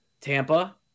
Tampa